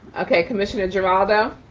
okay, commissioner geraldo.